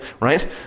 right